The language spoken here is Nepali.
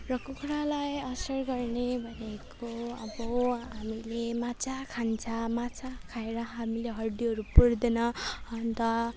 र कुखुरालाई असर गर्ने भनेको अब हामीले माछा खान्छ माछा खाएर हामीले हड्डीहरू पुर्दैन अनि त